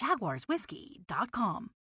jaguarswhiskey.com